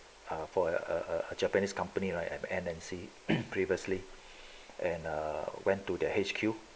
err for a a a japanese company right an M_N_C previously and err went to the H_Q